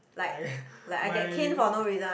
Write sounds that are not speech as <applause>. I <breath> my